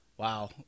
Wow